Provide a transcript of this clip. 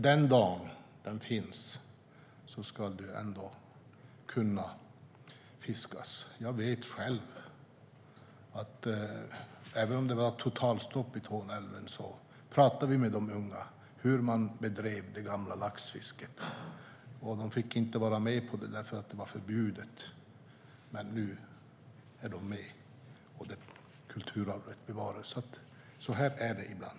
Den dagen ålen kommer tillbaka ska den kunna fiskas. Jag vet själv att även om det var totalstopp i Torne älv pratade vi med de unga om hur det gamla laxfisket bedrevs. De fick inte vara med, eftersom laxfisket var förbjudet. Men nu är de med. Kulturarvet bevarades. Så är det ibland.